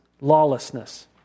lawlessness